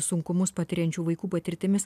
sunkumus patiriančių vaikų patirtimis